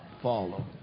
follow